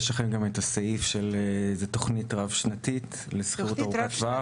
יש לכם גם את הסעיף של איזושהי תוכנית רב-שנתית לשכירות ארוכת טווח.